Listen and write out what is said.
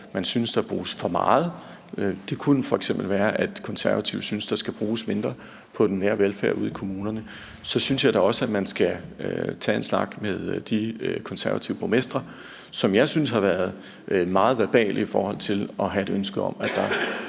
man synes der bruges for meget – det kunne være, Konservative synes, der skal bruges mindre på den nære velfærd ude i kommunerne – så synes jeg da, at man også skal tage en snak med de konservative borgmestre, som jeg synes har været meget verbale i forhold til at have et ønske om, at der